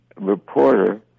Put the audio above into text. reporter